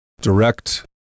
direct